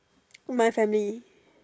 my family